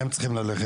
הם אלה שצריכים ללכת,